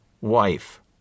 wife